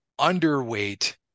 underweight